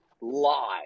live